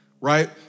Right